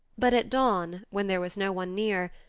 but at dawn, when there was no one near,